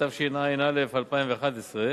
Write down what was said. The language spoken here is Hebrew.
התשע"א 2011,